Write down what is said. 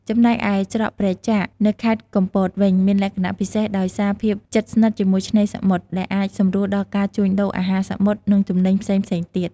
ចំណែកឯ ច្រកព្រែកចាក នៅខេត្តកំពតវិញ មានលក្ខណៈពិសេសដោយសារភាពជិតស្និទ្ធជាមួយឆ្នេរសមុទ្រ ដែលអាចសម្រួលដល់ការជួញដូរអាហារសមុទ្រ និងទំនិញផ្សេងៗទៀត។